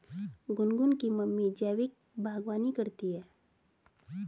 गुनगुन की मम्मी जैविक बागवानी करती है